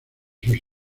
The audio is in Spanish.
sus